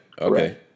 okay